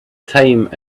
time